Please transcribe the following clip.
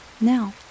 Now